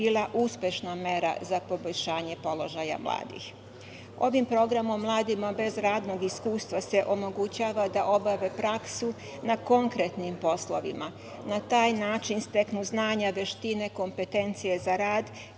bila uspešna mera za poboljšanje položaja mladih. Ovim programom mladima bez radnog iskustva se omogućava da obave praksu na konkretnim poslovima. Na taj način steknu znanja, veštine, kompetencije za rad